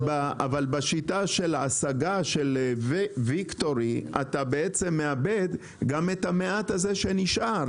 אבל בשיטה של השגה של ויקטורי אתה בעצם מאבד גם את המעט הזה שנשאר.